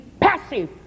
passive